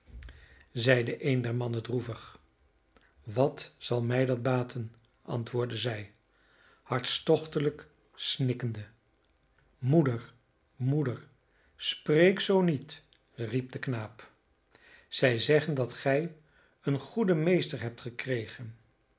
zeide een der mannen droevig wat zal mij dat baten antwoordde zij hartstochtelijk snikkende moeder moeder spreek zoo niet riep de knaap zij zeggen dat gij een goeden meester hebt gekregen